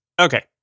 Okay